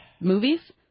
movies